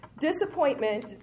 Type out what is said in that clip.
Disappointment